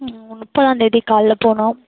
முப்பதாந்தேதி காலைல போகணும்